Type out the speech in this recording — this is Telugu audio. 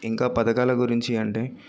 ఇంకా పథకాల గురించి అంటే